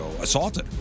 assaulted